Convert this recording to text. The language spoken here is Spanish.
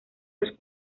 los